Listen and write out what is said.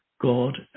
God